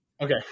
Okay